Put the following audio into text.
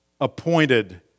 appointed